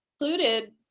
included